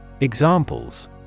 Examples